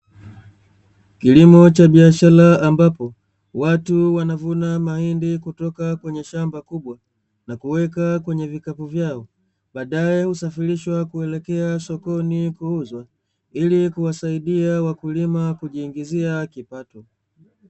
Kilomo cha biashara, ambapo watu wanavuna mahindi kutoka kwenye shamba kubwa na kuweka kwenye vikapu vyao, baadaye husafirishwa kuelekea sokoni kuuzwa ili Kuwasaidia wakulima kujiingizia kipato.